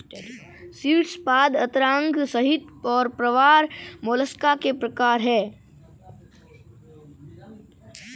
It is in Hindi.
शीर्शपाद अंतरांग संहति और प्रावार मोलस्का के प्रकार है